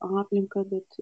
aplinką bet